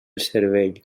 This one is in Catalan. cervell